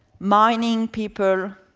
mining people,